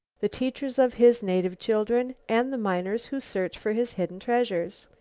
the teachers of his native children and the miners who search for his hidden treasures.